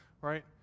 right